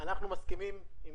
מסכימים עם